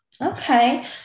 Okay